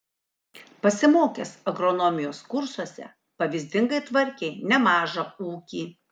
pasimokęs agronomijos kursuose pavyzdingai tvarkė nemažą ūkį